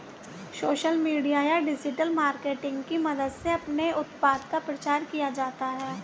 social media या digital marketing की मदद से अपने उत्पाद का प्रचार किया जाता है